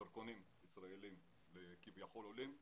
דרכונים ישראלים לכאלה שהם כביכול עולים.